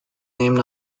named